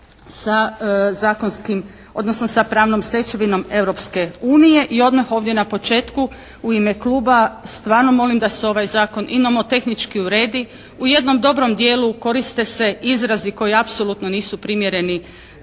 sa zakonskim odnosno sa pravnom stečevinom Europske unije. I odmah ovdje na početku u ime kluba stvarno molim da se ovaj zakon i nomotehnički uredi. U jednom dobrom dijelu koriste se izrazi koji apsolutni nisu primjereni